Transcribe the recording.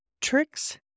tricks